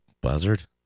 buzzard